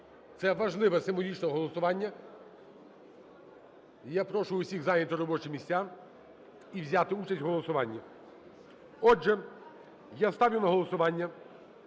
це важливе, символічне голосування. Я прошу усіх зайняти робочі місця і взяти участь в голосуванні. Отже, я ставлю на голосування